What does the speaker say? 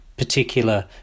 particular